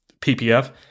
ppf